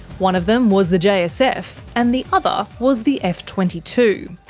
one of them was the jsf, and the other was the f twenty two.